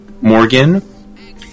Morgan